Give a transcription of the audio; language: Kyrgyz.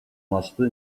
матчты